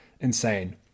insane